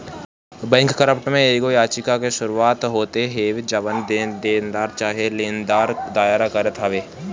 bankrupt में एगो याचिका से शुरू होत हवे जवन देनदार चाहे लेनदार दायर करत हवे